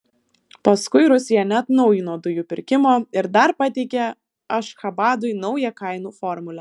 paskui rusija neatnaujino dujų pirkimo ir dar pateikė ašchabadui naują kainų formulę